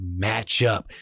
matchup